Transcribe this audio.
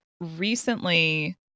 recently